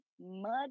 mud